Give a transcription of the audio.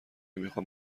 میخوام